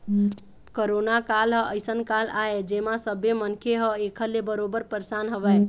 corona काल ह अइसन काल आय जेमा सब्बे मनखे ह ऐखर ले बरोबर परसान हवय